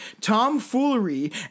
tomfoolery